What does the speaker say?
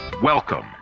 Welcome